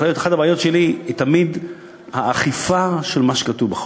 אחת הבעיות שלי היא תמיד האכיפה של מה שכתוב בחוק.